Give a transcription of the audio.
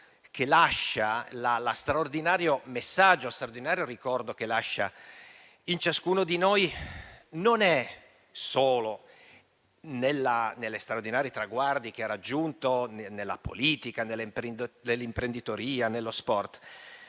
che lascia, lo straordinario messaggio e lo straordinario ricordo che lascia in ciascuno di noi non è solo negli straordinari traguardi che ha raggiunto nella politica, nell'imprenditoria e nello sport,